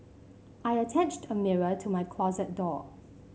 I attached a mirror to my closet door